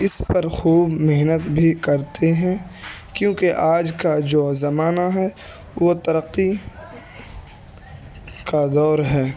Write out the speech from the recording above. اس پر خوب محنت بھی کرتے ہیں کیونکہ آج کا جو زمانہ ہے وہ ترقّی کا دور ہے